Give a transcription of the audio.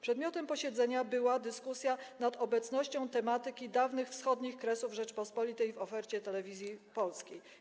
Przedmiotem posiedzenia była dyskusja nad obecnością tematyki dawnych Kresów Wschodnich Rzeczypospolitej w ofercie Telewizji Polskiej.